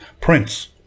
Prince